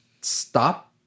stop